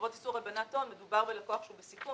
חובות איסור הלבנת הון מדובר בלקוח בסיכון